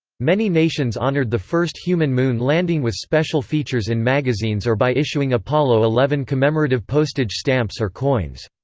many nations honored the first human moon landing with special features in magazines or by issuing apollo eleven commemorative postage stamps or coins.